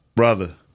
Brother